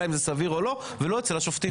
אם זה סביר או לא ולא אצל השופטים.